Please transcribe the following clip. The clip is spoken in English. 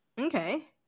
Okay